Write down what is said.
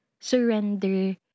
surrender